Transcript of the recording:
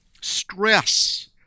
stress